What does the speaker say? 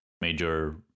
major